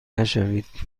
نشوید